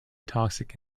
toxic